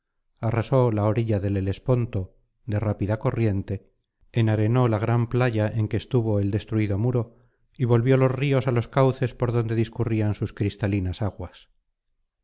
arrasó la orilla del helesponto de rápida corriente enarenó la gran playa en que estuvo el destruido muro y volvió los ríos á los cauces por donde discurrían sus cristalinas aguas